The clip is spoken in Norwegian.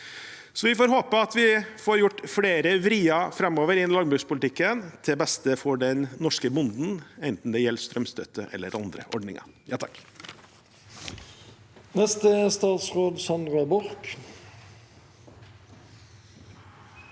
Vi får håpe at vi får gjort flere vrier framover innenfor landbrukspolitikken til beste for den norske bonden, enten det gjelder strømstøtte eller andre ordninger. Statsråd Sandra Borch